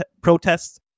protests